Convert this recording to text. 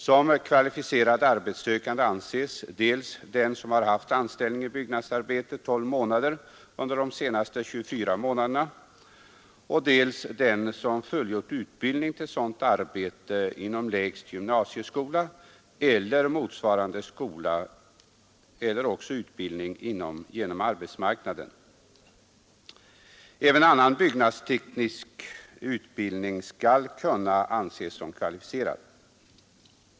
Som kvalificerad arbetssökande anses dels den som har haft anställning i byggnadsarbete 12 månader under de senaste 24 månaderna, dels den som fullgjort utbildning till sådant arbete inom lägst gymnasieskola eller motsvarande skola eller inom arbetsmarknadsutbildningen. Även annan byggnadsteknisk utbildning skall kunna anses som kvalificerad.